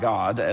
God